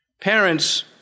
Parents